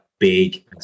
big